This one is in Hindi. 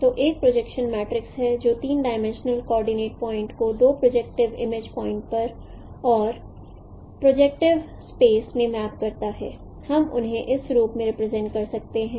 तो एक प्रोजेक्शन मैट्रिक्स है जो 3 डिमेंशनल कोऑर्डिनेट पॉइंट को 2 प्रोजेक्टिव इमेज प्वाइंट पर और प्रोजेक्टिव स्पेस में मैप करता है हम उन्हें इस रूप में रिप्रेजेंट कर सकते हैं